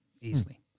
easily